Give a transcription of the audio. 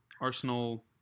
Arsenal